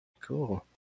Cool